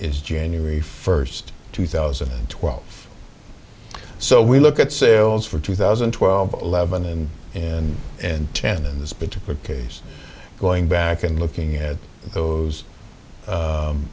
is january first two thousand and twelve so we look at sales for two thousand and twelve eleven and and ten in this particular case going back and looking at those